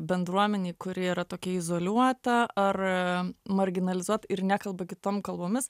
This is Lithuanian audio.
bendruomenėj kuri yra tokia izoliuota ar marginalizuot ir nekalba kitom kalbomis